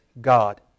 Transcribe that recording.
God